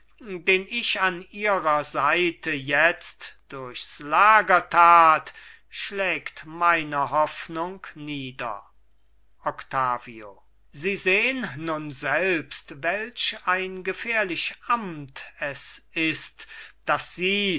den ich an ihrer seite jetzt durchs lager tat schlägt meine hoffnung nieder octavio sie sehn nun selbst welch ein gefährlich amt es ist das sie